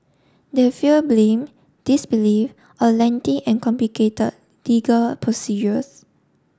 they fear blame disbelief or lengthy and complicate legal procedures